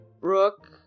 Rook